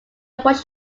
wash